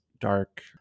dark